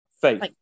faith